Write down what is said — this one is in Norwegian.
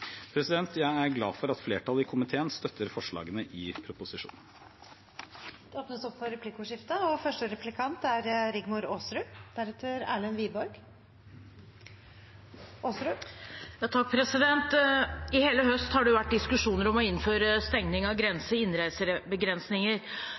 Jeg er glad for at flertallet i komiteen støtter forslagene i proposisjonen. Det blir replikkordskifte. I hele høst har det vært diskusjoner om å innføre stengning av grensen og innreisebegrensninger. Da er mitt spørsmål til statsråden: Hvilke forberedelser var gjort i